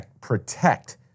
protect